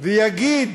ויגיד